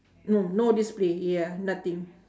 mm no display ya nothing